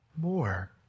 more